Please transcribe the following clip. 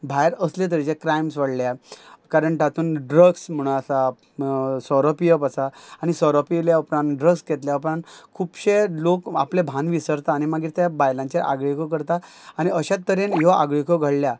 भायर असले तरेचे क्रायम्स वाडल्या कारण तातून ड्रग्स म्हण आसा सोरो पियप आसा आनी सोरो पिल्या उपरांत ड्रग्स घेतल्या उपरांत खुबशे लोक आपलें भान विसरता आनी मागीर ते बायलांचेर आगळिको करता आनी अश्यात तरेन ह्यो आगळीको घडल्या